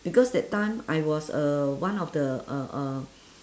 because that time I was uh one of the uh uh